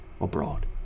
abroad